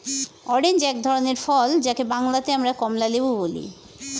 orange এক ধরনের ফল যাকে বাংলাতে আমরা কমলালেবু বলি